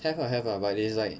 have lah have lah but it's like